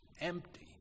empty